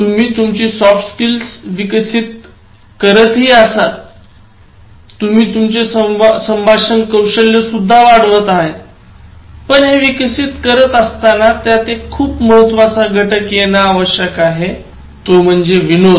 तुम्ही तुमची soft skills विकसित करत आहेत तसेच तुम्ही तुमचे संभाषण कौशल्यसुद्धा वाढवत आहेत पण हे विकसित करत असताना त्यात एक खूप महत्वाचा घटक येणे आवश्यक आहे तो म्हणजे विनोद